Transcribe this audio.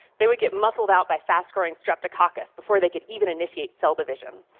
they would get muscled out by fast-growing streptococcus before they could even initiate cell division.